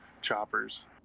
choppers